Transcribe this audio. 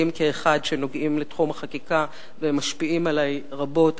כאחד שנוגעים לתחום החקיקה והם משפיעים עלי רבות.